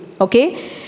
okay